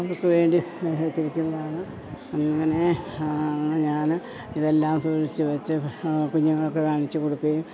അവർക്കു വേണ്ടി വെച്ചിരിക്കുന്നതാണ് അങ്ങനെ ഞാൻ ഇതെല്ലാം സൂക്ഷിച്ചു വെച്ച് കുഞ്ഞുങ്ങൾക്കു കാണിച്ചു കൊടുക്കുകയും